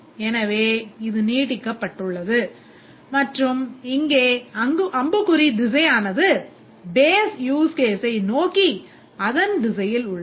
எனவே இது நீட்டிக்கப்பட்டுள்ளது மற்றும் இங்கே அம்புக்குறி திசையானது base use case ஐ நோக்கி அதன் திசையில் உள்ளது